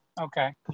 Okay